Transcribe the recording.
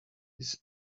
his